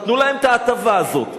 תנו להם את ההטבה הזאת,